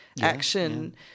action